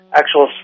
actual